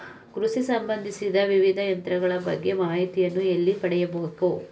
ಕೃಷಿ ಸಂಬಂದಿಸಿದ ವಿವಿಧ ಯಂತ್ರಗಳ ಬಗ್ಗೆ ಮಾಹಿತಿಯನ್ನು ಎಲ್ಲಿ ಪಡೆಯಬೇಕು?